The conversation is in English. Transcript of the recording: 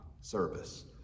service